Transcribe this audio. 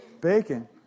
bacon